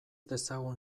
dezagun